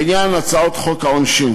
בעניין הצעות חוק העונשין